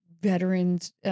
veterans